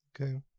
Okay